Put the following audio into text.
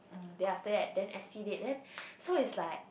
then after that then S_P date then so it's like